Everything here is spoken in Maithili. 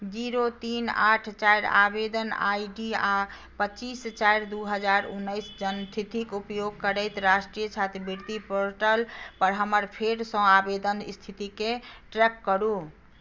जीरो तीन आठ चारि आवेदन आई डी आ पच्चीस चारि दू हजार उन्नैस जन्मतिथिक उपयोग करैत राष्ट्रिय छात्रवृति पोर्टल पर हमर फेरसँ आवेदन स्थितिके ट्रैक करु